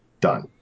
done